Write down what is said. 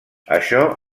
això